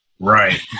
Right